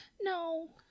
no